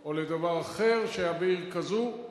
או לדבר אחר שהיה בעיר כזאת.